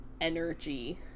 energy